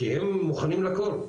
כי הם מוכנים לכול,